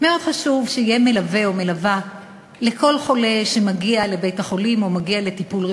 לפעול להשאת נכסיה ורווחיה לשם סיוע לניצולי